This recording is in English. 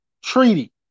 treaty